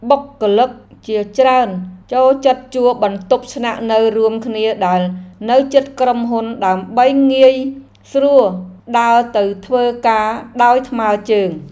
បុគ្គលិកជាច្រើនចូលចិត្តជួលបន្ទប់ស្នាក់នៅរួមគ្នាដែលនៅជិតក្រុមហ៊ុនដើម្បីងាយស្រួលដើរទៅធ្វើការដោយថ្មើរជើង។